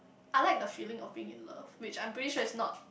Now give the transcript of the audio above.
I like the feeling of being in love which I'm pretty sure is not